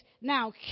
now